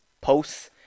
posts